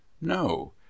no